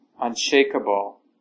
unshakable